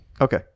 Okay